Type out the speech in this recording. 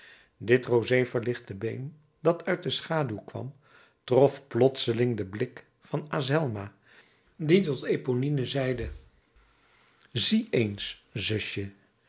dit rosé verlichte been dat uit de schaduw kwam trof plotseling den blik van azelma die tot eponine zeide zie eens zusje